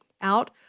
out